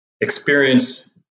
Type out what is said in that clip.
experience